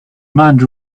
mind